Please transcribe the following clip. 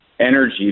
energy